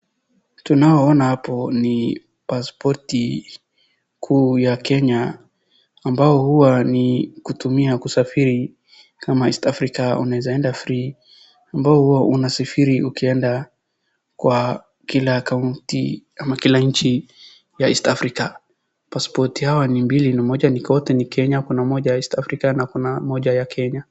Tunaona hapo ni pasipoti kuu ya Kenya .Ambao huwa ni kutumia kusafiri kama Easter Africa unaweza enda free . Ambao huwa unasafiri ukienda kwa kila kaunti na kila nchi ya Easter Africa. Pasipoti hawa ni mbili moja kwote ni Kenya na kuna moja Easter Africa na kuna moja ya Kenya.